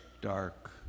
dark